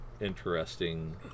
interesting